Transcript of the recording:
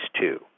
two